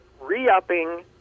re-upping